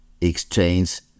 exchange